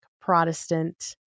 Protestant